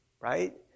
right